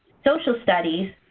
social studies,